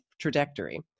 trajectory